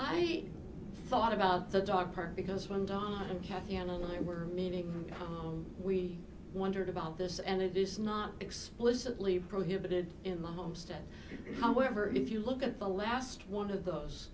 i thought about the dog park because when don and kathy and only we're meeting home we wondered about this and it is not explicitly prohibited in the homestead however if you look at the last one of those